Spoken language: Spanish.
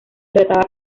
trataba